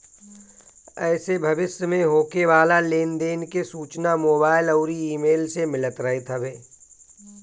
एसे भविष्य में होखे वाला लेन देन के सूचना मोबाईल अउरी इमेल से मिलत रहत हवे